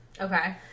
Okay